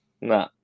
no